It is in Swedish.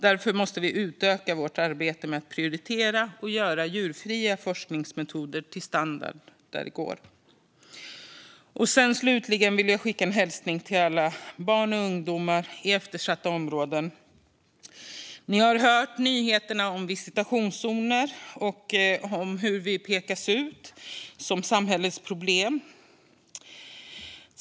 Därför måste vi utöka vårt arbete med att prioritera och göra djurfria forskningsmetoder till standard där det går. Slutligen vill jag skicka en hälsning till alla barn och ungdomar i eftersatta områden. Ni har hört nyheterna om visitationszoner och om hur vi pekas ut som samhällets problem.